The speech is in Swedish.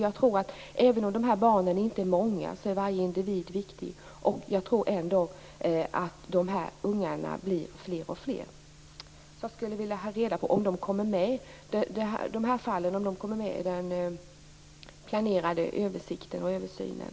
Jag tror att även om de här barnen inte är många är varje individ viktig. Jag tror att sådana här ungar blir fler och fler. Jag skulle vilja få reda på om de här fallen kommer med i den planerade översikten och översynen.